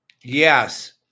Yes